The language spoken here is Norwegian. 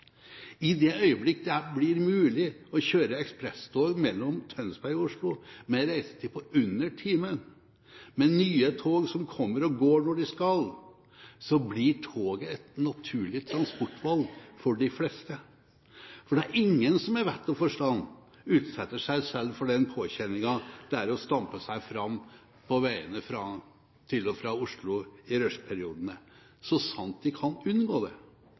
I det øyeblikket det blir mulig å kjøre ekspresstog mellom Tønsberg og Oslo med en reisetid på under timen, med nye tog som kommer og går når de skal, blir toget et naturlig transportvalg for de fleste. For det er ingen med vett og forstand som utsetter seg selv for den påkjenningen det er å stampe seg fram på veiene til og fra Oslo i rushperiodene, så sant de kan unngå det.